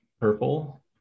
purple